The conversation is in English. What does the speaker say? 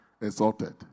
exalted